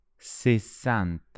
sessanta